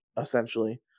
essentially